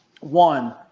One